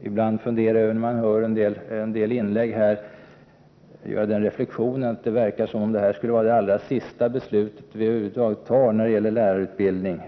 När man hör en del inlägg kan man göra den reflexionen att det verkar som om det här skulle vara det allra sista beslut vi över huvud taget kommer att ta när det gäller lärarutbildningen.